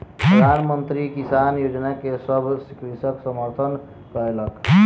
प्रधान मंत्री किसान योजना के सभ कृषक समर्थन कयलक